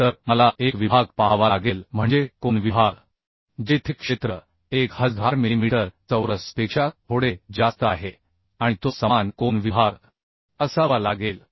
तर मला एक विभाग पाहावा लागेल म्हणजे कोन विभाग जेथे क्षेत्र 1000 मिलीमीटर चौरस पेक्षा थोडे जास्त आहे आणि तो समान कोन विभाग असावा लागेल